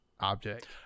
object